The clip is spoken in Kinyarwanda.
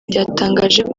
byatangaje